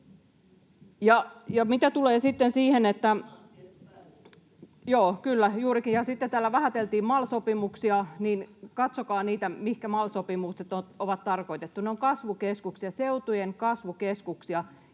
Sitten kun täällä vähäteltiin MAL-sopimuksia, niin katsokaa, mihinkä MAL-sopimukset on tarkoitettu. Ne ovat kasvukeskuksia,